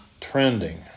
trending